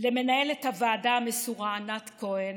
למנהלת הוועדה המסורה ענת כהן,